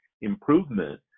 improvement